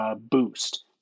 Boost